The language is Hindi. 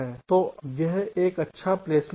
तो यह एक अच्छा प्लेसमेंट है